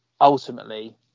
ultimately